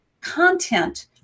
content